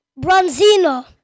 Bronzino